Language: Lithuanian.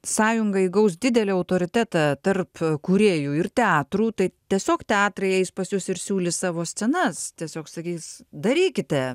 sąjunga įgaus didelį autoritetą tarp kūrėjų ir teatrų tai tiesiog teatrai eis pas jus ir siūlys savo scenas tiesiog sakys darykite